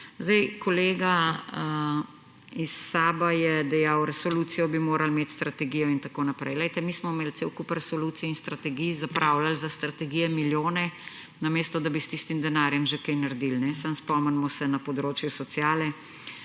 nič. Kolega iz SAB-a je dejal, resolucijo bi morali imeti, strategijo in tako naprej. Mi smo imeli cel kup resolucij in strategij, zapravljali za strategije milijone, namesto da bi s tistim denarjem že kaj naredili. Samo spomnimo se na področju sociale,